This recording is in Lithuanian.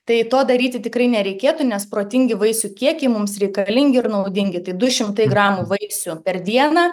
tai to daryti tikrai nereikėtų nes protingi vaisių kiekiai mums reikalingi ir naudingi tai du šimtai gramų vaisių per dieną